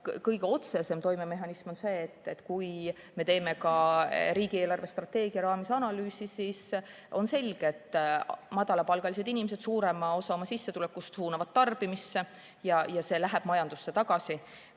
Kõige otsesem toimemehhanism on see, et kui me teeme ka riigi eelarvestrateegia raames analüüsi, siis on selge, et madalapalgalised inimesed suurema osa oma sissetulekust suunavad tarbimisse, see läheb majandusse tagasi